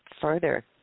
further